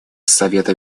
совета